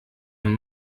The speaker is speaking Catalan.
amb